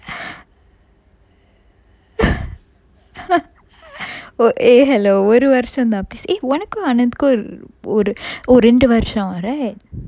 oh eh hello ஒரு வருசந்தான்:oru varusanthan please eh ஒனக்கும்:onakkum ananth கும் ஒரு:kum oru oh ரெண்டு வருசம்:rendu varusam right